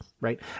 right